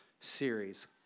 series